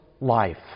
life